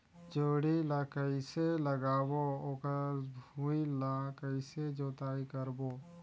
जोणी ला कइसे लगाबो ओकर भुईं ला कइसे जोताई करबो?